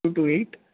two two eight